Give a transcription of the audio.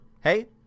hey